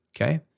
okay